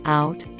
out